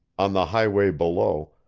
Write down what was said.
on the highway below,